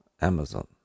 Amazon